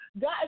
God